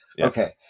Okay